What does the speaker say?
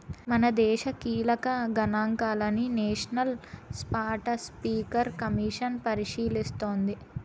మనదేశ కీలక గనాంకాలని నేషనల్ స్పాటస్పీకర్ కమిసన్ పరిశీలిస్తోంది